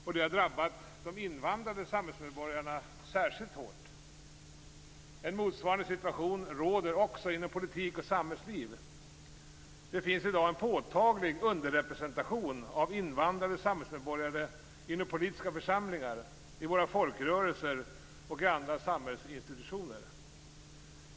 Detta har drabbat de invandrade samhällsmedborgarna särskilt hårt. En motsvarande situation råder också inom politik och samhällsliv. Det finns i dag en påtaglig underrepresentation av invandrade samhällsmedborgare inom politiska församlingar, folkrörelser och gamla samhällsinstitutioner.